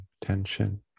tension